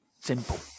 Simple